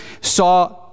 saw